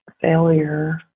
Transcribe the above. failure